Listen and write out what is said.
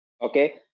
Okay